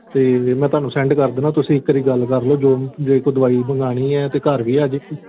ਅਤੇ ਮੈਂ ਤੁਹਾਨੂੰ ਸੈਂਡ ਕਰ ਦਿੰਦਾ ਤੁਸੀਂ ਇੱਕ ਵਾਰੀ ਗੱਲ ਕਰਲੋ ਜੋ ਜੇ ਕੋਈ ਦਵਾਈ ਮੰਗਵਾਉਣੀ ਹੈ ਤਾਂ ਘਰ ਵੀ ਆ ਜਾਵੇਗੀ